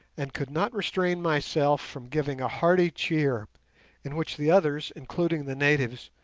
and could not restrain myself from giving a hearty cheer, in which the others, including the natives,